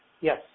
Yes